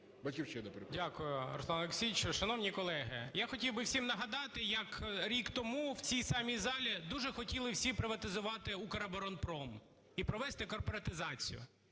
Дякую, Руслане Олексійовичу. Шановні колеги, я хотів би всім нагадати, як рік тому в цій самій залі дуже хотіли всі приватизувати Укроборонпром і провести корпоратизацію.